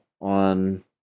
on